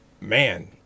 man